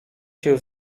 się